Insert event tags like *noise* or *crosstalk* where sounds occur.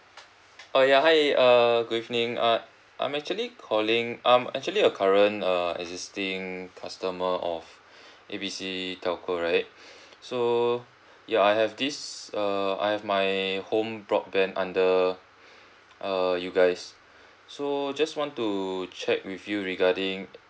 uh ya hi err good evening uh I'm actually calling I'm actually a current err existing customer of A B C telco right *breath* so ya I have this err I have my home broadband under err you guys so just want to check with you regarding